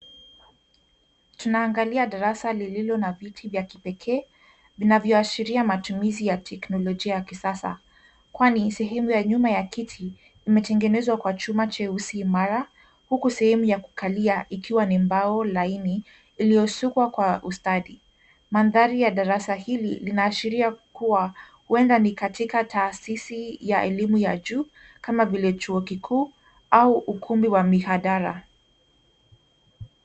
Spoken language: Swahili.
Tunaangalia darasa lililo na viti vya kipekee vinavyoashiria matumizi ya teknolojia ya kisasa kwani sehemu ya nyuma ya kiti imetengenezwa kwa chuma cheusi imara huku sehemu ya kikalia ikiwa ni mbao laini iliyosukwa kwa ustadi. Mandhari ya darasa hili linaashiria kuwa huenda ni katika taasisi ya elimu ya juu kama vile chuo kikuu au ukumbi wa mihadara.